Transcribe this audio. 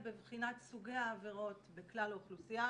ובבחינת סוגי העבירות בכלל האוכלוסייה,